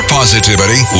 positivity